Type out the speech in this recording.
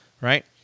right